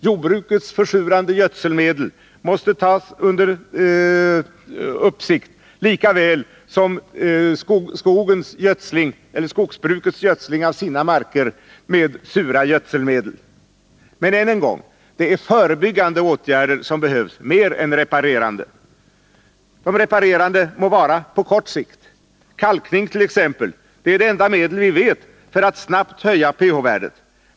Jordbrukets försurande gödselmedel måste hållas under uppsikt lika väl som skogsbrukets gödsling av marker med sura gödselmedel. Men än en gång: Det är förebyggande åtgärder som behövs, mer än restaurerande. De restaurerande må sättas in på kort sikt. Kalkning, t.ex., är det enda medel som vi känner till för att snabbt höja pH-värdet.